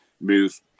move